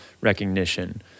recognition